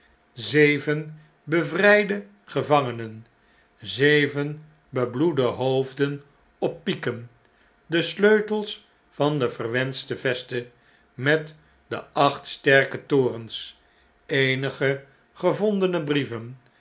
zeven bevrn'de gevangenen zeven bebloede hoofden op pieken de sleutels van de verwenschte veste met de acht sterke torens eenige gevondene brieven